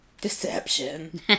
deception